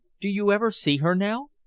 do you ever see her now?